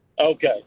Okay